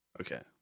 okay